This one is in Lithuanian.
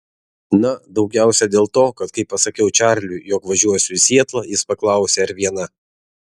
na daugiausiai dėl to kad kai pasakiau čarliui jog važiuosiu į sietlą jis paklausė ar viena